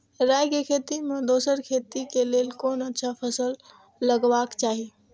राय के खेती मे दोसर खेती के लेल कोन अच्छा फसल लगवाक चाहिँ?